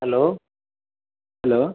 hello hello